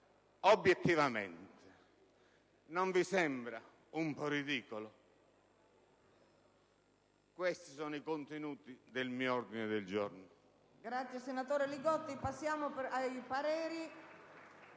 Obiettivamente, non vi sembra un po' ridicolo? Questi sono i contenuti del mio ordine del giorno.